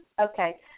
Okay